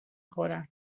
خورم